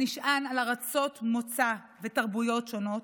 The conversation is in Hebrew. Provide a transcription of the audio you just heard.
הנשען על ארצות מוצא ותרבויות שונות,